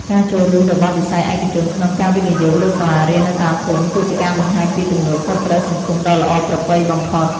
ការចូលរួមរបស់វិស័យឯកជនក្នុងការវិនិយោគលើសាលារៀននៅតាមភូមិ គឺជាការបង្ហាញពីទំនួលខុសត្រូវសង្គមដ៏ល្អប្រពៃបំផុត។